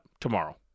tomorrow